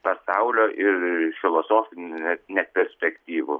pasaulio ir filosofinių net ne perspektyvų